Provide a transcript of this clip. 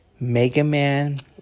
Megaman